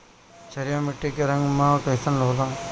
क्षारीय मीट्टी क रंग कइसन होला?